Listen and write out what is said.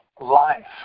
life